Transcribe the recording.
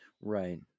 Right